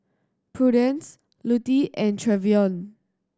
Prudence Lutie and Trevion